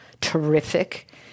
terrific